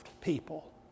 people